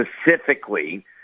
specifically